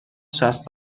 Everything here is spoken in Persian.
شصت